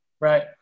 Right